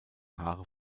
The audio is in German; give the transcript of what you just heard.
haare